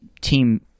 team